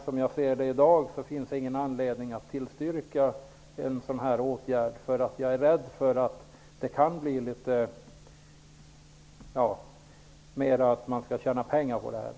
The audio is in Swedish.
Som jag ser det i dag finns det ingen anledning att tillstyrka en sådan här åtgärd. Jag är rädd för att det kan bli så, att man bara vill tjäna pengar på detta.